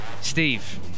Steve